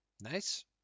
Nice